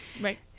right